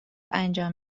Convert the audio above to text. انجام